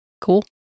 Cool